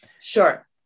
sure